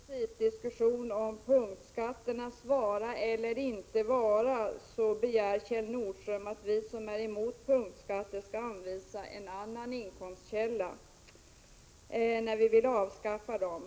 Herr talman! I stället för att föra en principdiskussion om punktskatternas vara eller inte vara begär Kjell Nordström att vi som är emot punktskatter skall anvisa en annan inkomstkälla när vi vill avskaffa dem.